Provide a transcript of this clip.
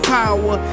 power